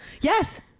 Yes